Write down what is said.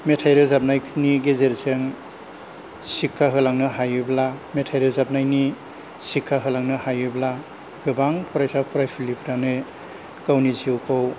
मेथाइ रोजाबनायफोरनि गेजेरजों सिक्का होलांनो हायोब्ला मेथाइ रोजाबनायनि सिक्का होलांनो हायोब्ला गोबां फरायसा फरायसुलिफ्रानो गावनि जिउखौ